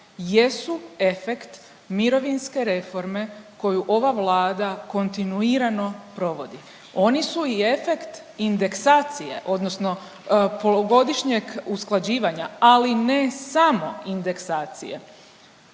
jesu efekt mirovinske reforme koju ova Vlada kontinuirano provodi, oni su i efekt indeksacije odnosno polugodišnjeg usklađivanja ali ne samo indeksacije.